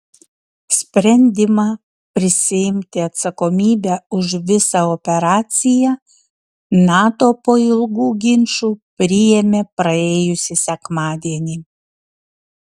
sprendimą prisiimti atsakomybę už visą operaciją nato po ilgų ginčų priėmė praėjusį sekmadienį